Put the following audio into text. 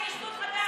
יש שר התיישבות חדש.